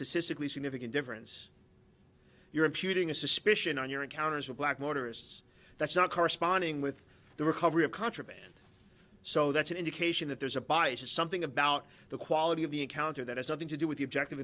me significant difference you're imputing a suspicion on your encounters with black motorists that's not corresponding with the recovery of contraband so that's an indication that there's a bias and something about the quality of the encounter that has nothing to do with the objective